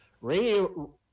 radio